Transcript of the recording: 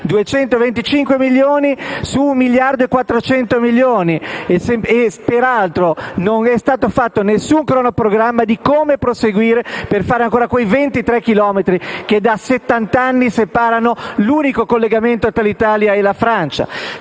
225 milioni su 1,4 miliardi. Peraltro, non è stato fatto alcun cronoprogramma su come proseguire per realizzare quei 23 chilometri che da 70 anni separano l'unico collegamento tra l'Italia e la Francia.